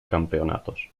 campeonatos